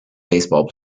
baseball